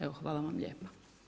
Evo hvala vam lijepa.